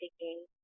taking